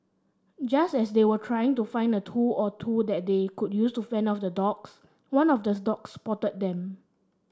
just as they were trying to find a tool or two that they could use to fend off the dogs one of the dogs spotted them